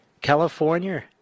California